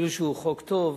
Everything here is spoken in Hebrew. אפילו שהוא חוק טוב.